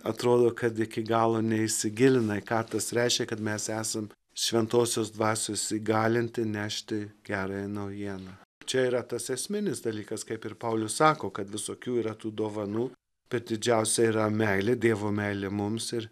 atrodo kad iki galo neįsigilinai ką tas reiškia kad mes esant šventosios dvasios įgalinti nešti gerąją naujieną čia yra tas esminis dalykas kaip ir paulius sako kad visokių yra tų dovanų bet didžiausia yra meilė dievo meilė mums ir